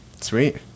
Sweet